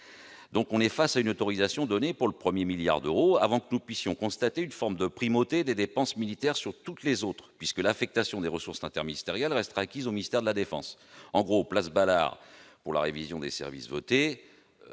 donc face à une autorisation donnée pour le premier milliard d'euros, avant que nous puissions constater une forme de primauté des dépenses militaires sur toutes les autres, puisque l'affectation des ressources interministérielles resterait acquise au ministère de la défense. En quelque sorte, place Balard, pour la révision des services votés,